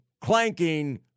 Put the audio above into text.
clanking